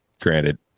granted